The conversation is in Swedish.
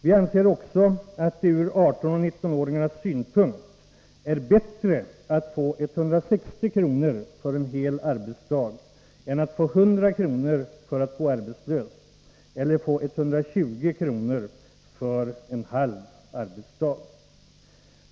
Vi anser också att det från 18-19-åringarnas synpunkt är bättre att få 160 kr. för en hel arbetsdag än att få 100 kr. för att gå arbetslös eller att få 120 kr. för en halv arbetsdag.